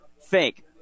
fake